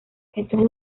estos